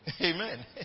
Amen